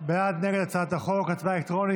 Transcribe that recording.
בעד ונגד הצעת החוק, הצבעה אלקטרונית.